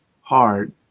hard